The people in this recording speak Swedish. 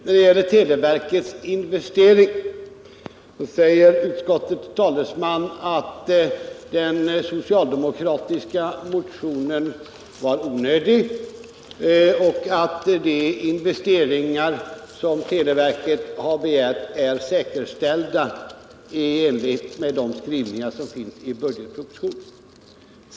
Herr talman! När det gäller televerkets investeringar säger utskottets talesman att den socialdemokratiska motionen var onödig och att de investeringar som televerket har begärt är säkerställda i enlighet med de skrivningar som finns i budgetpropositionen.